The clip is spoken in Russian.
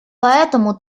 поэтому